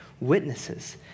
witnesses